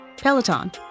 Peloton